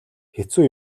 хэцүү